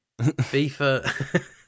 FIFA